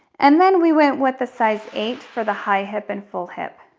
and then we went with the size eight for the high hip and full hip.